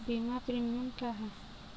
बीमा प्रीमियम क्या है?